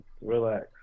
relax